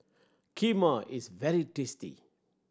kheema is very tasty